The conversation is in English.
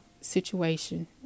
situation